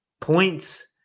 points